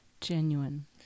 genuine